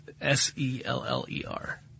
S-E-L-L-E-R